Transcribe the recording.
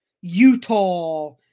Utah